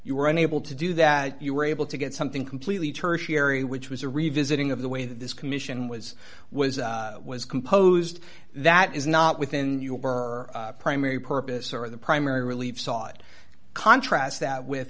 you were unable to do that you were able to get something completely tertiary which was a revisiting of the way that this commission was was was composed that is not within your primary purpose or the primary relief sought contrast that with